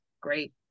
great